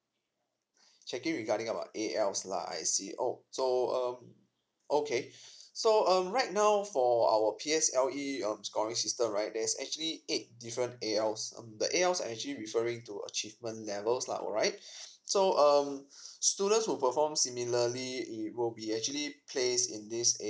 checking regarding of what A_Ls lah I see oh so um okay so um right now for our P_S_L_E um scoring system right there's actually eight different A_Ls um the A_Ls actually referring to achievement levels lah alright so um students who perform similarly he would be actually place in this